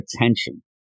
attention